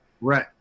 Right